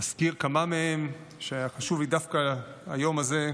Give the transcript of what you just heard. ואזכיר כמה מהן, חשוב לי דווקא היום הזה,